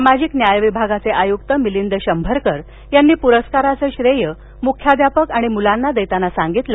सामाजिक न्याय विभागाचे आयुक्त मिलींद शंभरकर यांनी पुरस्काराचं श्रेय मुख्याध्यापक आणि मुलांना देताना सांगितलं